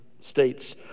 states